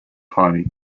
party